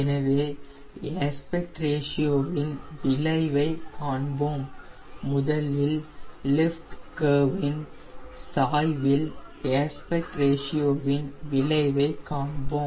எனவே ஏஸ்பக்ட் ரேஷியோவின் விளைவை காண்போம் முதலில் லிஃப்ட் கர்வின் சாய்வில் ஏஸ்பக்ட் ரேஷியோவின் விளைவை காண்போம்